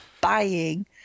buying